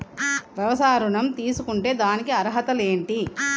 వ్యవసాయ ఋణం తీసుకుంటే దానికి అర్హతలు ఏంటి?